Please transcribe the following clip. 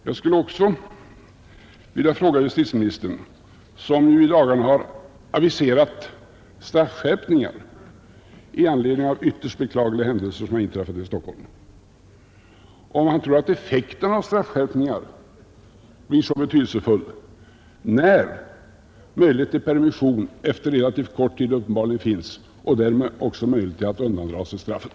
Jag skulle också vilja fråga justitieministern, som i dagarna aviserat straffskärpningar med anledning av de ytterst beklagliga händelser som inträffat i Stockholm, om han tror att effekten av en straffskärpning blir så betydelsefull, när möjligheter till permission efter relativt kort tid uppenbarligen alltjämt finns och därmed också möjlighet att undandra sig straffet.